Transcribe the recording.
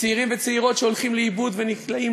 צעירים וצעירות שהולכים לאיבוד ונקלעים